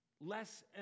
less